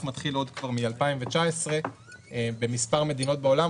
מתחיל כבר מ-2019 במספר מדינות בעולם.